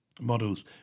models